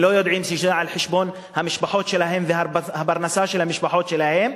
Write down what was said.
הם לא יודעים שזה על חשבון המשפחות שלהם והפרנסה של המשפחות שלהם,